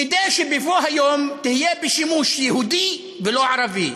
כדי שבבוא היום תהיה בשימוש יהודי ולא ערבי,